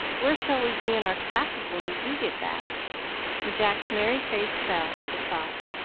where shall we be in our classes when we do get back? and jack's merry face fell at the thought.